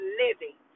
living